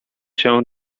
się